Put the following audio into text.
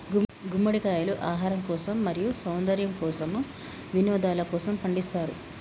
గుమ్మడికాయలు ఆహారం కోసం, మరియు సౌందర్యము కోసం, వినోదలకోసము పండిస్తారు